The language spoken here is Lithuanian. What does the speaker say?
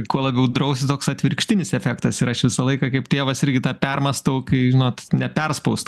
kuo labiau drausi toks atvirkštinis efektas ir aš visą laiką kaip tėvas irgi tą permąstau kai žinot neperspaust